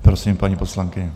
Prosím, paní poslankyně.